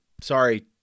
sorry